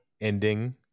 ending